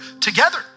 together